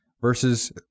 versus